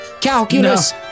calculus